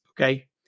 Okay